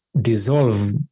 dissolve